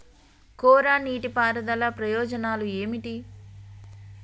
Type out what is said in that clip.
కోరా నీటి పారుదల ప్రయోజనాలు ఏమిటి?